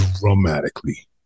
dramatically